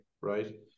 right